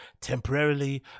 temporarily